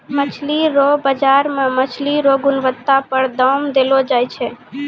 मछली रो बाजार मे मछली रो गुणबत्ता पर दाम देलो जाय छै